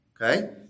Okay